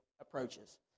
approaches